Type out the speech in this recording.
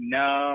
no